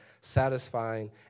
satisfying